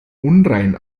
unrein